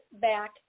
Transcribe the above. back